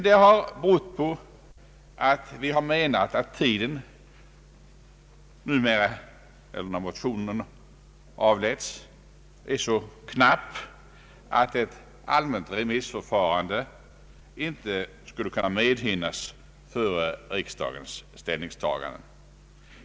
Det har berott på att tiden är så knapp att ett allmänt remissförfarande inte skulle kunna medhinnas före riksdagens ställningstagande.